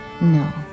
No